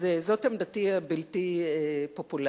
אז זאת עמדתי הבלתי פופולרית,